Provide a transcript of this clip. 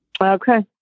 Okay